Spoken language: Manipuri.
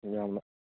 ꯑꯣꯖꯥꯅ